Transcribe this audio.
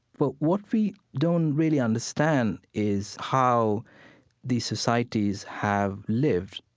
but what we don't really understand is how these societies have lived,